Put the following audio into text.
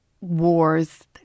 Wars